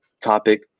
topic